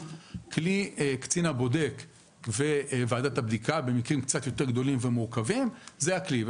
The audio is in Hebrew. כלי קצין הבודק וועדת הבדיקה במקרים קצת יותר גדולים ומורכבים זה הכלי.